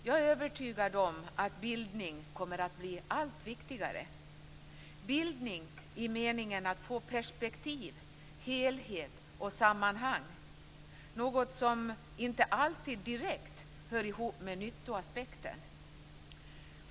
Jag är övertygad om att bildning kommer att bli allt viktigare - bildning i meningen att få perspektiv, helhet och sammanhang, något som inte alltid direkt hör ihop med nyttoaspekten.